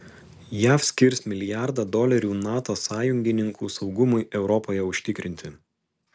jav skirs milijardą dolerių nato sąjungininkų saugumui europoje užtikrinti